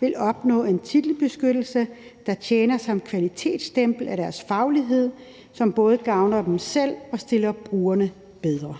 vil opnå en titelbeskyttelse, der tjener som kvalitetsstempel af deres faglighed, som både gavner dem selv og stiller brugerne bedre«.